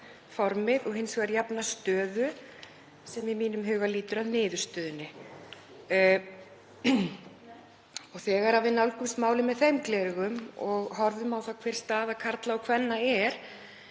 formið, og hins vegar jafna stöðu sem í mínum huga lýtur að niðurstöðunni. Þegar við nálgumst málið með þeim gleraugum og horfum á það hver staða karla og kvenna er